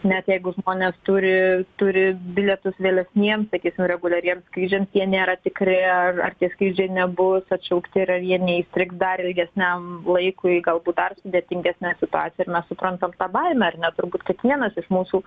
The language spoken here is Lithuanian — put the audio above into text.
net jeigu žmonės turi turi bilietus vėlesniem sakysim reguliariem skrydžiam jie nėra tikri ar tie skrydžiai nebus atšaukti ir ar jie neįstrigs dar ilgesniam laikui galbūt dar sudėtingesne situacija ir mes suprantam tą baimę ar ne turbūt kiekvienas iš mūsų